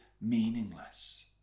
meaningless